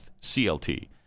CLT